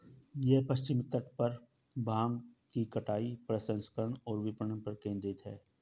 यह पश्चिमी तट पर भांग की कटाई, प्रसंस्करण और विपणन पर केंद्रित है